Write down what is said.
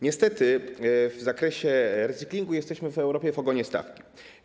Niestety w zakresie recyklingu jesteśmy w Europie w ogonie stawki.